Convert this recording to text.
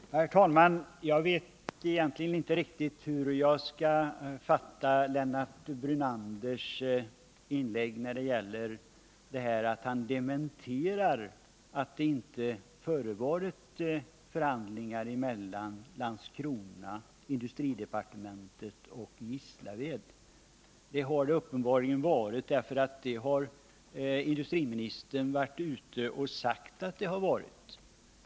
Herr talman! Jag vet inte riktigt hur jag skall fatta Lennart Brunanders inlägg när det gäller detta att han dementerar att det förevarit förhandlingar mellan Landskrona, industridepartementet och Gislaved. Det har uppenbarligen varit sådana förhandlingar — industriministern har varit ute och sagt att det förts förhandlingar.